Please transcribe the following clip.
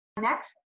next